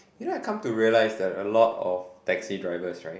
you know I come to realize that a lot of taxi drivers right